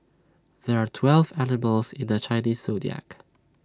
there are twelve animals in the Chinese Zodiac